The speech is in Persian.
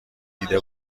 دیده